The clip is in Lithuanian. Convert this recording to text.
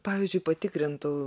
pavyzdžiui patikrintų